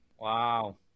Wow